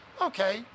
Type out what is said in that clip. Okay